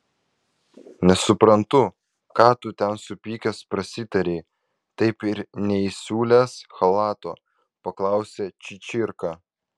nesuprantu ką tu ten supykęs prasitarei taip ir neįsiūlęs chalato paklausė čičirka